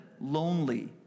lonely